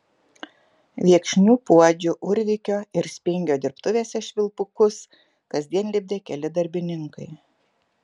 viekšnių puodžių urvikio ir spingio dirbtuvėse švilpukus kasdien lipdė keli darbininkai